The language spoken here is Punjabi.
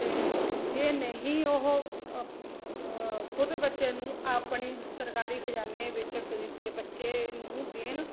ਅਤੇ ਜੇ ਨਹੀਂ ਉਹ ਖੁਦ ਬੱਚੇ ਨੂੰ ਆਪਣੀ ਸਰਕਾਰੀ ਖਜ਼ਾਨੇ ਵਿੱਚ ਖਰੀਦ ਕੇ ਬੱਚੇ ਨੂੰ ਦੇਣ